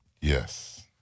Yes